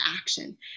action